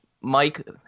Mike